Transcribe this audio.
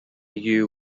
you